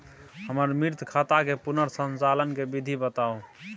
हमर मृत खाता के पुनर संचालन के विधी बताउ?